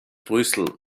brüssel